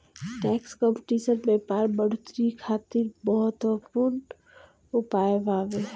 tax competition व्यापार बढ़ोतरी खातिर बहुत महत्वपूर्ण उपाय बावे